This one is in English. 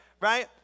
Right